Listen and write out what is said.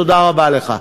תודה רבה לך.